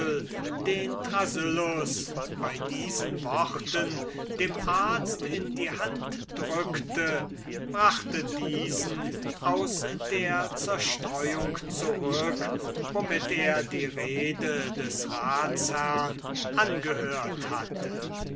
den thrasyllus bei diesen worten dem arzt in die hand drückte brachte diesen aus der zerstreuung zurück womit er die rede des ratsherrn angehört hatte